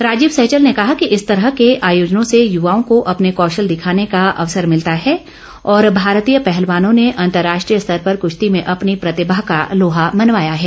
राजीव सहजल ने कहा कि इस तरह के आयोजनों से युवाओं को अपने कौशल दिखाने काँ अवसर मिलता है और भारतीय पहलवानों ने अंतर्राष्ट्रीय स्तर पर कृश्ती में अपनी प्रतिभा का लोहा मनवाया है